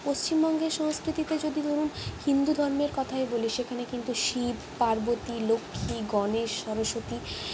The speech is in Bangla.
পশ্চিমবঙ্গের সংস্কৃতিতে যদি ধরুন হিন্দু ধর্মের কথাই বলি সেখানে কিন্তু শিব পার্বতী লক্ষ্মী গনেশ সরস্বতী